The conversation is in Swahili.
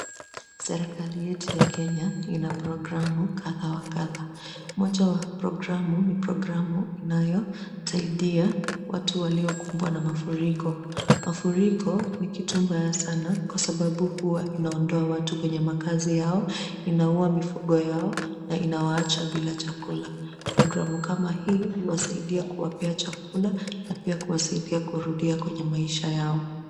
Serekali yetu ya Kenya ina programu kadha wa kadha. Mmoja wa programu ni programu inayosaidia watu waliokumbwa na mafuriko. Mafuriko ni kitu mbaya sana kwa sababu hua inaondoa watu kwenye makazi yao, inaua mifugo yao na inawaacha bila chakula. Programu kama hii huwasaidia kuwapea chakula na pia kuwasaidia kurudia kwenye maisha yao.